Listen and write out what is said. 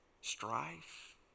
strife